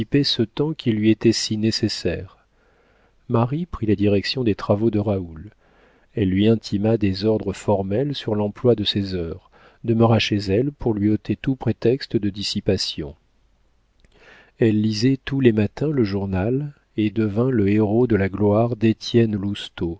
ce temps qui lui était si nécessaire marie prit la direction des travaux de raoul elle lui intima des ordres formels sur l'emploi de ses heures demeura chez elle pour lui ôter tout prétexte de dissipation elle lisait tous les matins le journal et devint le héraut de la gloire